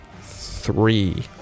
Three